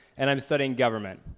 and i'm studying government.